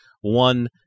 one